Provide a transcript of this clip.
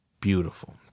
beautiful